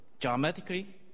dramatically